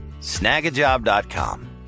Snagajob.com